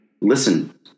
Listen